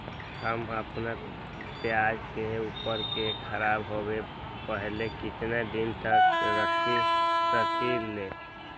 हम अपना प्याज के ऊपज के खराब होबे पहले कितना दिन तक रख सकीं ले?